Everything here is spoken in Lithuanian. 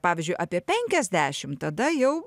pavyzdžiui apie penkiasdešim tada jau